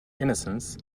innocence